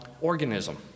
organism